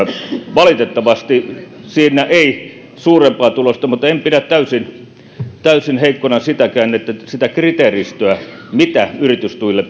valitettavasti siinä ei suurempaa tulosta saatu mutta en pidä täysin täysin heikkona sitäkään että sitä kriteeristöä mitä yritystuille